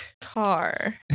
car